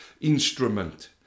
instrument